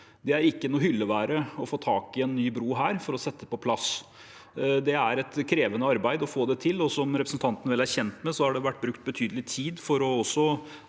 bro er ikke en hyllevare man får tak i for å sette på plass. Det er et krevende arbeid å få det til, og som representanten vel er kjent med, har det vært brukt betydelig tid for å